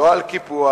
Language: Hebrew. לא על קיפוח,